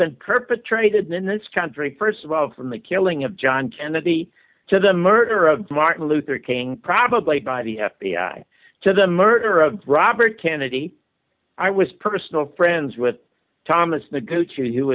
been perpetrated in this country first of all from the killing of john kennedy to the murder of martin luther king probably by the f b i to the murder of robert kennedy i was personal friends with thomas the go to